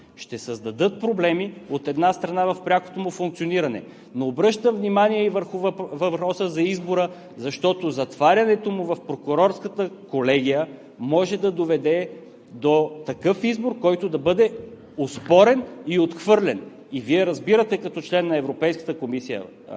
ще създадат проблеми, от една страна, в прякото му функциониране. Но обръщам внимание и върху въпроса за избора, защото затварянето му в Прокурорската колегия може да доведе до такъв избор, който да бъде оспорен и отхвърлен, и Вие като член на Комисията по